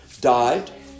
died